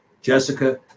Jessica